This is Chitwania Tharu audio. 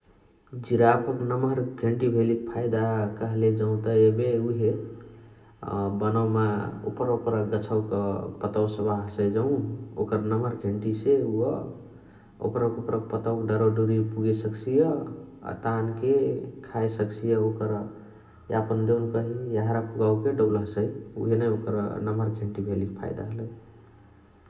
जिराफक नमहर घेन्टी भेलिक फाइदा कहले जौत एबे उहे अ बनवमा ओपरा ओपरा क गछवक पतवा सबह हसइ जौ ओकर नमहर घेन्टी से उअ ओपरा ओपराक पतवा डरवा डुरिया पुगे सकसिय । अ तानके खाए सकसिय ओकर देउनकही यापन यहाँरा पुगावके डौल हसइ ।